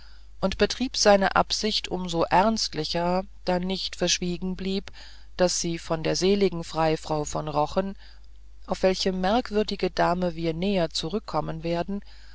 und betrieb seine absicht um so ernstlicher da nicht verschwiegen blieb daß sie von der seligen freifrau von rochen auf welche merkwürdige dame wir näher zurückkommen werden